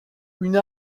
une